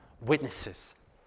witnesses